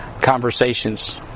conversations